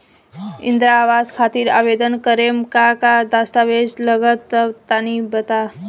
इंद्रा आवास खातिर आवेदन करेम का का दास्तावेज लगा तऽ तनि बता?